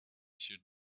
should